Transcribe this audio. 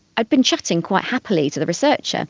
i'd been chatting quite happily to the researcher,